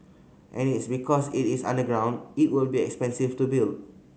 and its because it is underground it will be expensive to build